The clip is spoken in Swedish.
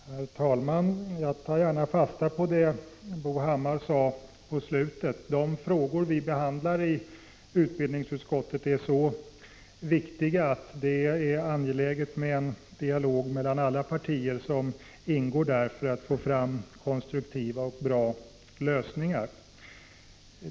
Herr talman! Jag tar gärna fasta på det Bo Hammar sade på slutet. De frågor vi behandlar i utbildningsutskottet är så viktiga att det är angeläget med en dialog mellan alla partier som ingår där för att få fram konstruktiva och bra lösningar.